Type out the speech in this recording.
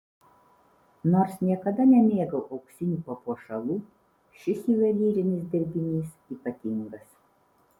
nors niekada nemėgau auksinių papuošalų šis juvelyrinis dirbinys ypatingas